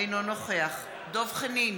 אינו נוכח דב חנין,